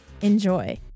Enjoy